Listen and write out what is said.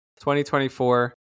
2024